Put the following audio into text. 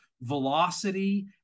velocity